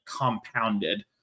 compounded